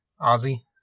Ozzy